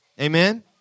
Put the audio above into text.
Amen